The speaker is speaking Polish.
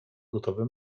gotowe